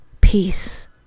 Peace